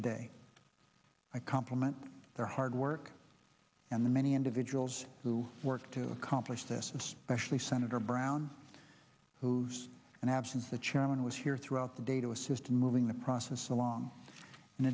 today i compliment their hard work and the many individuals who work to accomplish this especially senator brown who's an absence the chairman was here throughout the day to assist moving the process along in